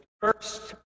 first